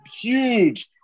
huge